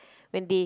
when they